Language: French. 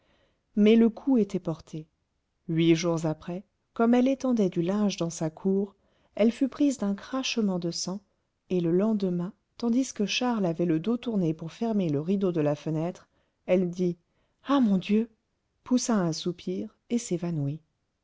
mais le coup était porté huit jours après comme elle étendait du linge dans sa cour elle fut prise d'un crachement de sang et le lendemain tandis que charles avait le dos tourné pour fermer le rideau de la fenêtre elle dit ah mon dieu poussa un soupir et s'évanouit